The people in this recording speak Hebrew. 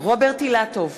רוברט אילטוב,